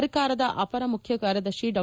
ಸರ್ಕಾರದ ಅಪರಮುಖ್ಯ ಕಾರ್ಯದರ್ಶಿ ಡಾ